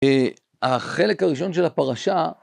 החלק הראשון של הפרשה,